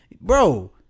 Bro